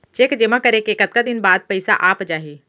Cheque जेमा करें के कतका दिन बाद पइसा आप ही?